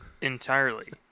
entirely